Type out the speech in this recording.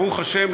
ברוך השם,